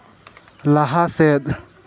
ᱞᱟᱦᱟ ᱥᱮᱫ